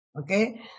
okay